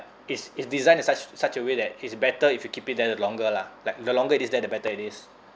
is is designed in such such a way that it's better if you keep it there longer lah like the longer it is there the better it is